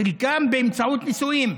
חלקם באמצעות נישואים.